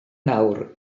nawr